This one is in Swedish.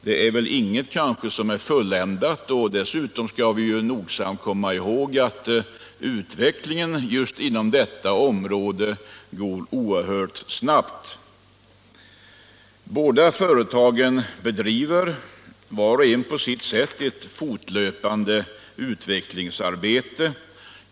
Det är väl inget som är fulländat, och dessutom skall vi nogsamt komma ihåg att utvecklingen just på detta område går oerhört snabbt. Båda företagen bedriver vart och ett på sitt sätt ett fortlöpande utvecklingsarbete.